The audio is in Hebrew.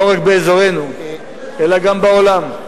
לא רק באזורנו אלא גם בעולם,